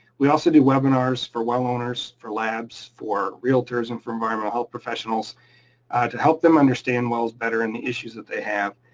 we also do webinars for well owners, for labs, for realtors and for environmental health professionals to help them understand wells better and the issues that they have,